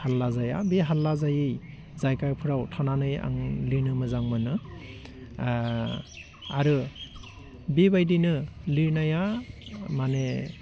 हाल्ला जाया बे हाल्ला जायै जायगाफ्राव थानानै आं लिरनो मोजां मोनो आरो बेबायदिनो लिरनाया माने